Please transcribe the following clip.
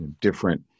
different